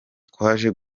twaje